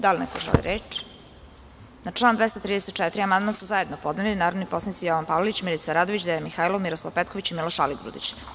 Da li neko želi reč? (Ne) Na član 234. amandman su zajedno podneli narodni poslanici Jovan Palalić, Milica Radović, Dejan Mihajlov, Miroslav Petković i Miloš Aligrudić.